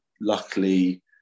luckily